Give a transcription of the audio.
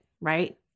right